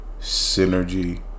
synergy